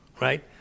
right